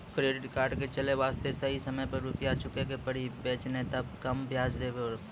Credit card के चले वास्ते सही समय पर रुपिया चुके के पड़ी बेंच ने ताब कम ब्याज जोरब?